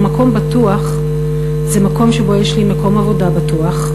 ומקום בטוח זה מקום שבו יש לי מקום עבודה בטוח,